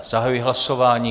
Zahajuji hlasování.